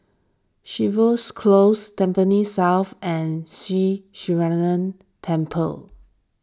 Jervois Close Tampines South and Sri Temple